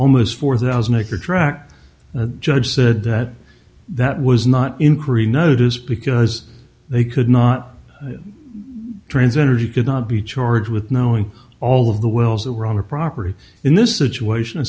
almost four thousand acre tract the judge said that that was not increased notice because they could not trans energy could not be charged with knowing all of the wells that were on the property in this situation